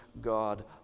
God